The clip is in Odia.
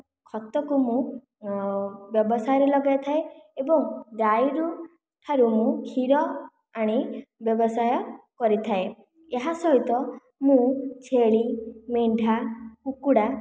ଖତକୁ ମୁଁ ବ୍ୟବସାୟରେ ଲଗାଇ ଥାଏ ଏବଂ ଗାଈ ରୁ ଠାରୁ ମୁଁ କ୍ଷୀର ଆଣି ବ୍ୟବସାୟ କରିଥାଏ ଏହା ସହିତ ମୁଁ ଛେଳି ମେଣ୍ଡା କୁକୁଡ଼ା